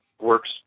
works